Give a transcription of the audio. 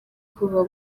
kuva